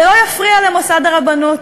זה לא יפריע למוסד הרבנות,